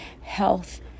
health